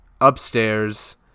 upstairs